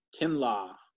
Kinlaw